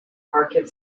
kharkiv